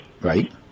Right